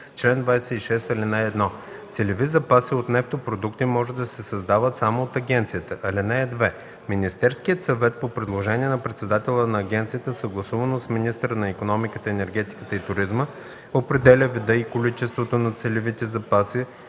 „Чл. 26. (1) Целеви запаси от нефтопродукти може да се създават само от агенцията. (2) Министерският съвет по предложение на председателя на агенцията съгласувано с министъра на икономиката, енергетиката и туризма определя вида и количеството на целевите запаси,